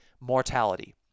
mortality